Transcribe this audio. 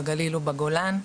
בגליל ובגולן.